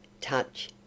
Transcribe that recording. touch